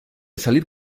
salir